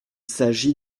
s’agit